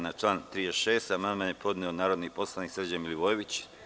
Na član 36. amandman je podneo narodni poslanik Srđan Milivojević.